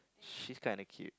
she's kinda cute